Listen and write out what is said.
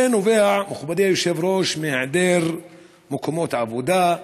זה נובע, מכובדי היושב-ראש, מהיעדר מקומות עבודה,